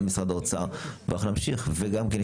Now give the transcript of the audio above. גם משרד האוצר ואנחנו נמשיך וגם כאן